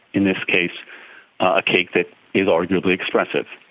in this case a cake that is arguably expressive,